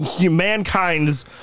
mankind's